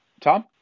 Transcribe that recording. Tom